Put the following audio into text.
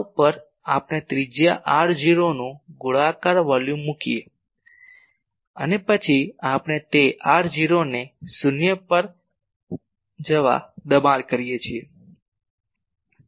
dl છે આ ઉપર આપણે ત્રિજ્યા r0 નું ગોળાકાર વોલ્યુમ મૂકીએ છીએ અને પછી આપણે તે r0 ને શૂન્ય પર જવા દબાણ કરીએ છીએ